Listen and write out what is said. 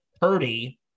Purdy